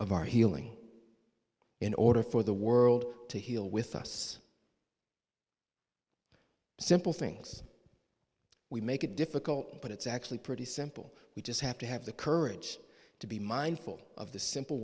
of our healing in order for the world to heal with us simple things we make it difficult but it's actually pretty simple we just have to have the courage to be mindful of the simple